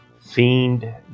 Fiend